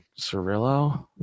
Cirillo